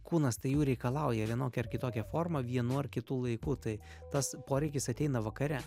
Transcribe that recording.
kūnas tai jų reikalauja vienokia ar kitokia forma vienu ar kitu laiku tai tas poreikis ateina vakare